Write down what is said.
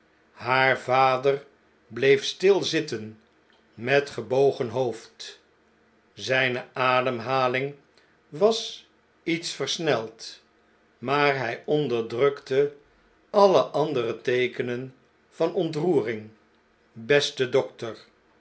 haar vader bleef stil zitten metgebogenhoofd zn'ne ademhaling was iets versneld maar hij onderdrukte alle andere teekenen van ontroering beste dokter